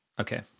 Okay